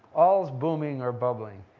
all's booming or bubbling.